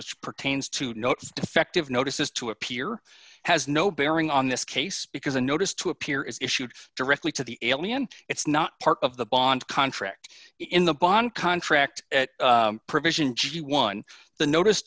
which pertains to notes defective notices to appear has no bearing on this case because a notice to appear is issued directly to the alien it's not part of the bond contract in the bond contract provision g one the notice